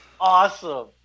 awesome